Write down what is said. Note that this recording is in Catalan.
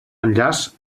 enllaç